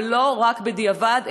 ולא רק בדיעבד,